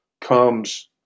comes